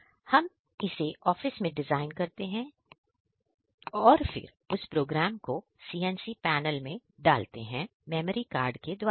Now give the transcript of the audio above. हम इसे ऑफिस में डिजाइन करते हैं और फिर उस प्रोग्राम को CNCपैनल में डालते हैं मेमोरी कार्ड के द्वारा